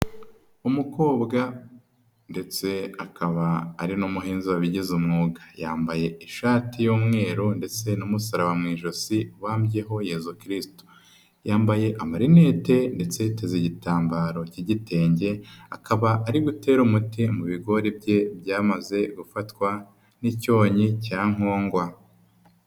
Umukobwa ndetse akaba ari n'umuhinza wabigize umwuga, yambaye ishati y'umweru ndetse n'umusaraba mu ijosi ubambyeho Yezu Kristu, yambaye amarinete ndetse yiteze n'igitambaro k'igitenge akaba ari gutera umuti mu bigori bye byamaze gufatwa n'icyonnyi cya nkongwa.